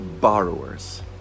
borrowers